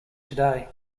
today